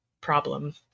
problem